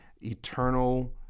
eternal